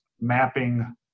mapping